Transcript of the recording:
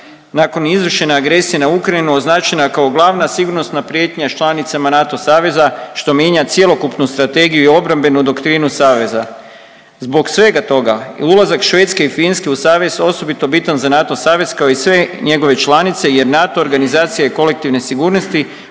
nakon izvršene agresije na Ukrajinu označena kao glavna sigurnosna prijetnja članicama NATO saveza što mijenja cjelokupnu strategiju i obrambenu doktrinu saveza. Zbog svega toga je ulazak Švedske i Finska u savez osobito bitan za NATO savez kao i sve njegove članice jer NATO organizacija je kolektivne sigurnosti